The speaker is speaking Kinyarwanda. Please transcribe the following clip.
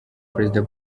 perezida